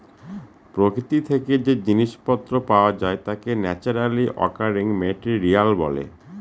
প্রকৃতি থেকে যে জিনিস পত্র পাওয়া যায় তাকে ন্যাচারালি অকারিং মেটেরিয়াল বলে